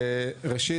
ראשית,